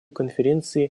конференции